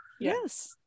Yes